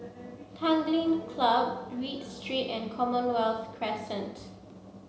Tanglin Club Read Street and Commonwealth Crescent